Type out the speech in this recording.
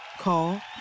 Call